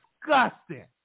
disgusting